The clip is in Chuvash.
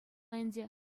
ӗнтӗ